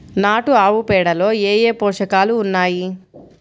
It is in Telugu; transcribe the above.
నాటు ఆవుపేడలో ఏ ఏ పోషకాలు ఉన్నాయి?